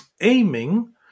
aiming